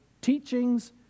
teachings